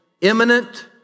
imminent